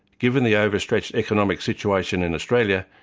given the over-stretched economic situation in australia,